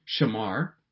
shamar